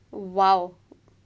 !wow!